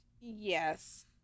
Yes